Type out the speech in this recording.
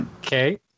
Okay